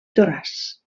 toràs